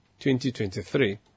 2023